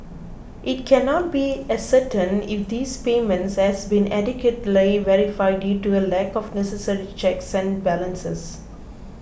it cannot be ascertained if these payments had been adequately verified due to a lack of necessary checks and balances